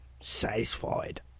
satisfied